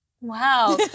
Wow